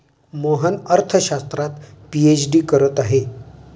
मोहन अर्थशास्त्रात पीएचडी करत आहे